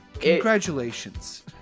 Congratulations